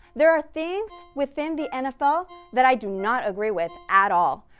there are things within the nfl that i do not agree with at all.